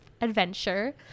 adventure